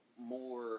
more